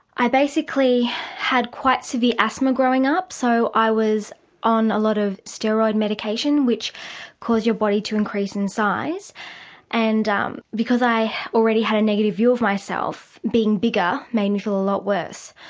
i basically had quite severe asthma, growing up, so i was on a lot of steroid medication, which caused your body to increase in size and um because i already had a negative view of myself being bigger, made me feel a lot worse.